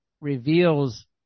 reveals